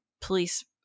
police